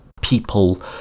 people